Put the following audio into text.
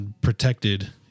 protected